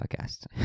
Podcast